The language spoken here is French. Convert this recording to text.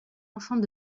enfants